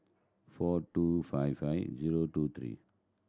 four two five five zero two three